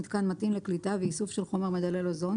מיתקן מתאים לקליטה ואיסוף של חומר מדלל אוזון